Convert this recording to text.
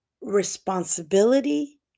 responsibility